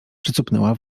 przycupnęła